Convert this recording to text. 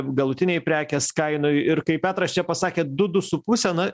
galutinei prekės kainai ir kaip petras čia pasakė du du su puse na